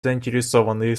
заинтересованные